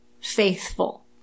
faithful